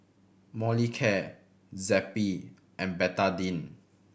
Molicare Zappy and Betadine